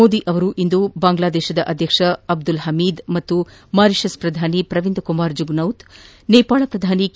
ಮೋದಿ ಅವರು ಇಂದು ಬಾಂಗ್ಲಾದೇಶ ಅಧ್ಯಕ್ಷ ಅಬ್ದುಲ್ ಹಮೀದ್ ಮತ್ತು ಮಾರಿಷಸ್ ಪ್ರಧಾನಿ ಪ್ರವಿಂದ್ ಕುಮಾರ್ ಜುಗ್ನಾತ್ ನೇಪಾಳ ಪ್ರಧಾನಿ ಕೆ